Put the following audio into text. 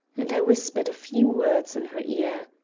and i whispered a few words in her ear.